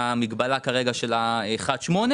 המגבלה של ה-1.8%.